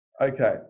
Okay